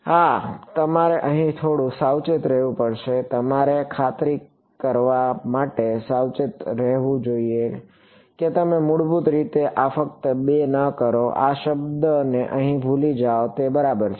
હા તેથી તમારે અહીં થોડું સાવચેત રહેવું પડશે તમારે ખાતરી કરવા માટે સાવચેત રહેવું જોઈએ કે તમે મૂળભૂત રીતે આ ફક્ત 2 ન કરો અને આ શબ્દને અહીં ભૂલી જાઓ તે બરાબર છે